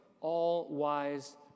all-wise